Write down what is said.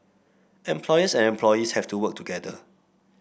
employers and employees have to work together